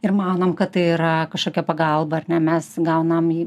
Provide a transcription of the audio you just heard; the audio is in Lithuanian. ir manom kad tai yra kažkokia pagalba ar ne mes gaunam į